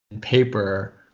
paper